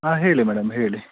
ಹಾಂ ಹೇಳಿ ಮೇಡಮ್ ಹೇಳಿ